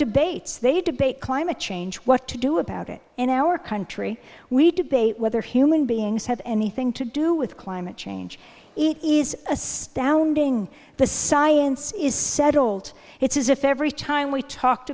debates they debate climate change what to do about it in our country we debate whether human beings have anything to do with climate change it is a standing the science is settled it's as if every time we talked